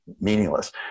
meaningless